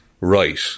right